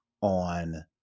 on